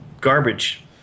garbage